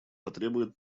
потребует